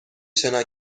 شنا